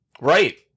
right